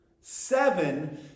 Seven